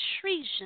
treason